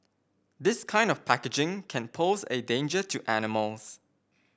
this kind of packaging can pose a danger to animals